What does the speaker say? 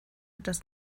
das